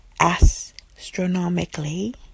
astronomically